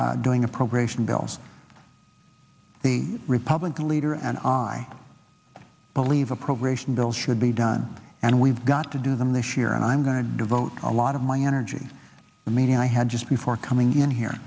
years doing appropriation bills the republican leader and i believe appropriation bills should be done and we've got to do them this year and i'm going to devote a lot of my energy i mean i had just before coming in here